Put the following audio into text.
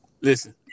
listen